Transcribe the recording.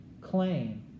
claim